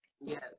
Yes